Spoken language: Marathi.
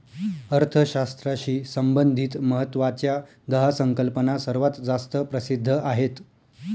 अर्थशास्त्राशी संबंधित महत्वाच्या दहा संकल्पना सर्वात जास्त प्रसिद्ध आहेत